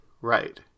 right